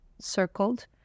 circled